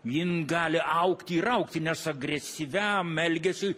jin gali augti ir augti nes agresyviam elgesiui